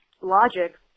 logic